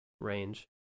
range